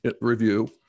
review